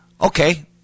okay